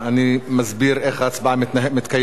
אני מסביר איך ההצבעה מתקיימת.